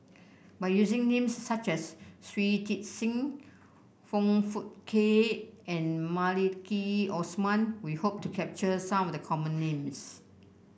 by using names such as Shui Tit Sing Foong Fook Kay and Maliki Osman we hope to capture some of the common names